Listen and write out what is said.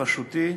בראשותי,